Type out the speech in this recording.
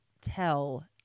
tell